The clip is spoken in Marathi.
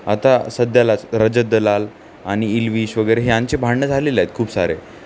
आता सध्यालाच रजतदलाल आणि इल्वीशवगैरे हे यांचे भांडणं झालेले आहेत खूप सारे